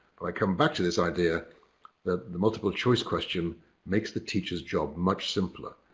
or i come back to this idea that the multiple choice question makes the teacher's job much simpler,